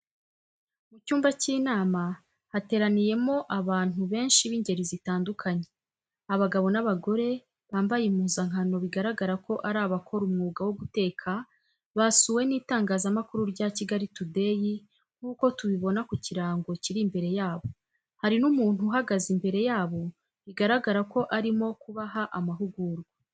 Mu cyumba cy'inama hateraniyemo abantu benshi b'ingeri zitandukanye, abagabo n'abagore, bambaye impuzankano bigaragara ko ari abakora umwuga wo guteka, basuwe n'itangazamakuru rya kigali Today nk'uko tubibona ku kirango kiri imbere yabo, hari n'umuntu uhagaze imbere yabo bigaragara ko arimo kubaha amahugurwa.